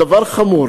זה דבר חמור.